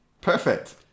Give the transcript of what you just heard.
Perfect